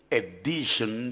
edition